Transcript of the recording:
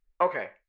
Okay